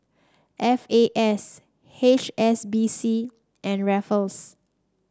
F A S H S B C and refers